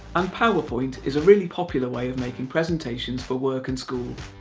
and powerpoint is a really popular way of making presentations for work and school.